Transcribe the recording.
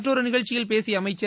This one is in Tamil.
மற்றொரு நிகழ்ச்சியில் பேசிய அமைச்சர்